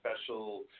special